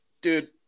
dude